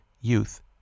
youth